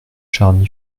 charny